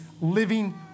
living